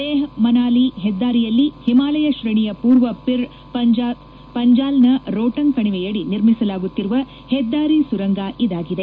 ಲೇಹ್ ಮನಾಲಿ ಹೆದ್ದಾರಿಯಲ್ಲಿ ಹಿಮಾಲಯ ಶ್ರೇಣಿಯ ಪೂರ್ವ ಪಿರ್ ಪಂಜಾಲ್ನ ರೋಟಂಗ್ ಕಣಿವೆಯಡಿ ನಿರ್ಮಿಸಲಾಗುತ್ತಿರುವ ಹೆದ್ದಾರಿ ಸುರಂಗ ಇದಾಗಿದೆ